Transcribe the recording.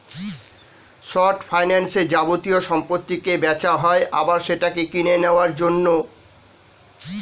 short ফাইন্যান্সে যাবতীয় সম্পত্তিকে বেচা হয় আবার সেটাকে কিনে নেওয়ার জন্য